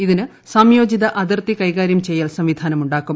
ഇതിന് സംയോജിത അതിർത്തി കൈകാര്യം ചെയ്യൽ സംവിധാനമുണ്ടാക്കും